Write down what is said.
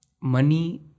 money